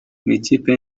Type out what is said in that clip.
ikipe